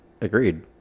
Agreed